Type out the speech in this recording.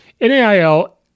NAIL